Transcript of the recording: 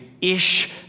ish